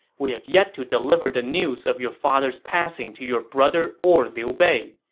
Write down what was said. we have yet to deliver the news of your father's passing to your brother or liu bei.